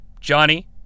Johnny